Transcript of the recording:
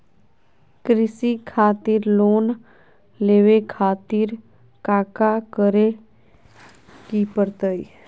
कृषि खातिर लोन लेवे खातिर काका करे की परतई?